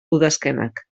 udazkenak